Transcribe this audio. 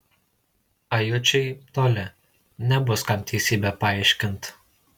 ajučiai toli nebus kam teisybę paaiškint